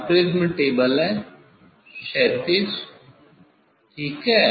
अब prism table है क्षैतिज ठीक है